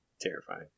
terrifying